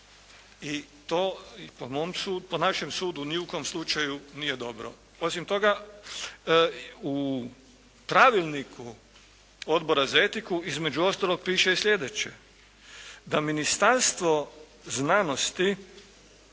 i to po našem sudu ni u kom slučaju nije dobro. Osim toga u pravilniku Odbora za etiku, između ostalog piše i sljedeće, da Ministarstvo znanosti